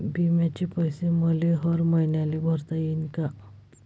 बिम्याचे पैसे मले हर मईन्याले भरता येईन का?